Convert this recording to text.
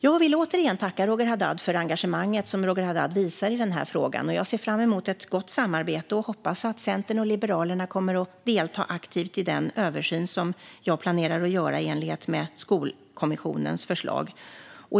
Jag vill återigen tacka Roger Haddad för det engagemang han visar i den här frågan. Jag ser fram emot ett gott samarbete och hoppas att Centern och Liberalerna kommer att delta aktivt i den översyn som jag planerar att göra i enlighet med Skolkommissionens förslag.